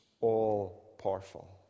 all-powerful